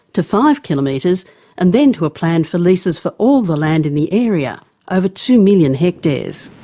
to five kilometres and then to a plan for leases for all the land in the area over two million hectares.